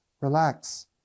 relax